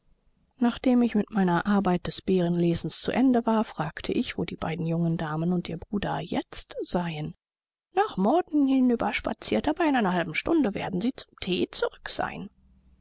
nachdem ich mit meiner arbeit des beerenlesens zu ende war fragte ich wo die beiden jungen damen und ihr bruder jetzt seien nach morton hinüber spaziert aber in einer halben stunde werden sie zum thee zurück sein